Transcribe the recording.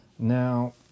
Now